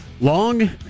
Long